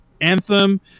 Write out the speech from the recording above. Anthem